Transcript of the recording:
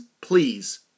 please